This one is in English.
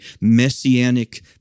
messianic